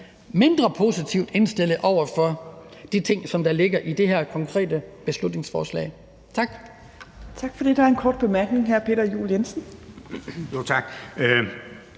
mindre positivt indstillet over for de ting, der ligger i det her konkrete beslutningsforslag. Tak.